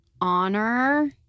honor